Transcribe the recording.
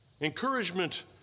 Encouragement